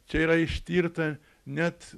čia yra ištirta net